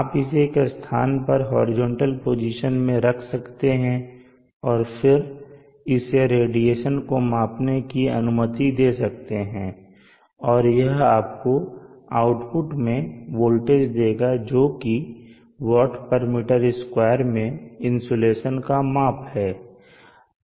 आप इसे एक स्थान पर हॉरिजॉन्टल पोजीशन में रख सकते हैं और फिर इसे रेडिएशन को मापने की अनुमति दे सकते हैं और यह आपको आउटपुट में वोल्टेज देगा जो कि Wm2 में इनसोलेशन का माप है